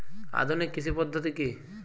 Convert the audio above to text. আধুনিক কৃষি পদ্ধতি কী?